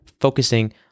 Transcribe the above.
focusing